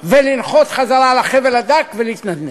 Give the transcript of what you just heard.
ולנחות חזרה על החבל הדק ולהתנדנד.